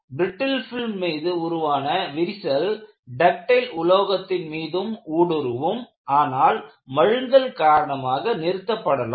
brittle film மீது உருவான விரிசல் டக்டைல் உலோகத்தின் மீதும் ஊடுருவும் ஆனால் மழுங்கல் காரணமாக நிறுத்தப்படலாம்